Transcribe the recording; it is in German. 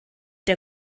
der